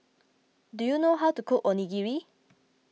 do you know how to cook Onigiri